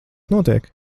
notiek